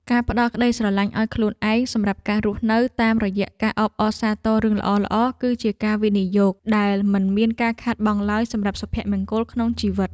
ការផ្ដល់ក្ដីស្រឡាញ់ឱ្យខ្លួនឯងសម្រាប់ការរស់នៅតាមរយៈការអបអរសាទររឿងល្អៗគឺជាការវិនិយោគដែលមិនមានការខាតបង់ឡើយសម្រាប់សុភមង្គលក្នុងជីវិត។